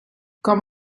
com